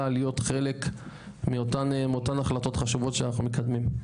להיות חלק מאותן החלטות חשובות שאנחנו מקדמים.